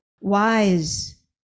wise